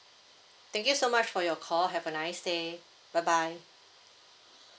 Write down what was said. thank you so much for your call have a nice day bye bye